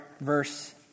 verse